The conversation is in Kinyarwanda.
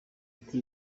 ati